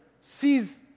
sees